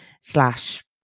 slash